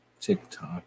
TikTok